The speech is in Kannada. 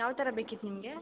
ಯಾವ ಥರ ಬೇಕಿತ್ತು ನಿಮಗೆ